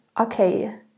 okay